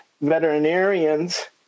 veterinarians